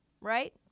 right